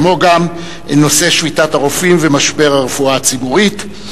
כמו גם נושא שביתת הרופאים ומשבר הרפואה הציבורית.